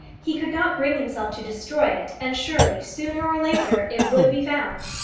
he could not bring himself to destroy it, and surely, sooner or later, it would be found.